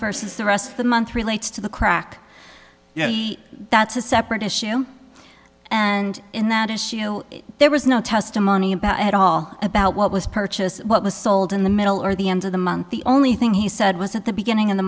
versus the rest of the month relates to the crack that's a separate issue and in that issue there was no testimony about it at all about what was purchased what was sold in the middle or the end of the month the only thing he said was at the beginning of the